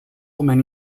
many